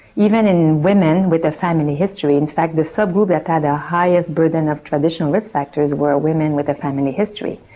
even in women with a family history. in fact the subgroup that had the highest burden of traditional risk factors were women with a family history.